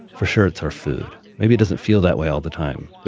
for sure it's our food. maybe it doesn't feel that way all the time,